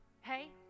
hey